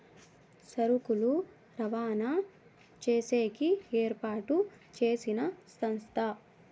సరుకులు రవాణా చేసేకి ఏర్పాటు చేసిన సంస్థ